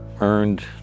earned